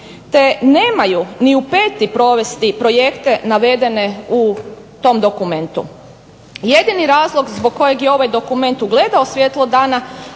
te nemaju ni u peti provesti projekte navedene u tom dokumentu. Jedini razlog zbog kojeg je ovaj dokument ugledao svjetlo dana,